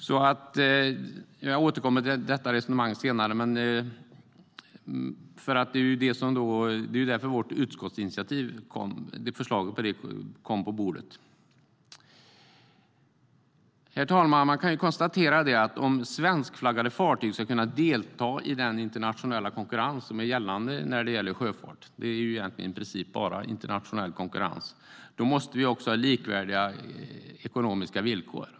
Jag återkommer till detta resonemang senare, för det var därför vårt förslag till utskottsinitiativ kom på bordet. Herr talman! Om svenskflaggade fartyg ska kunna delta i den internationella konkurrens som gäller för sjöfarten - det är ju i princip bara internationell konkurrens - måste vi ha likvärdiga ekonomiska villkor.